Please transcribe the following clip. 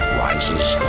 rises